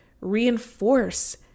reinforce